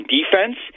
defense